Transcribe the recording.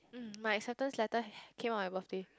um my acceptance letter came on my birthday